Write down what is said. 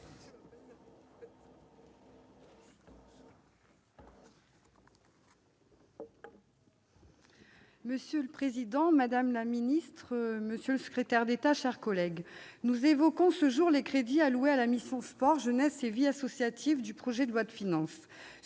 Monsieur le président, madame la ministre, monsieur le secrétaire d'État, mes chers collègues, nous évoquons ce jour les crédits alloués à la mission « Sport, jeunesse et vie associative » du projet de loi de finances.